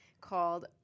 called